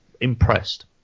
impressed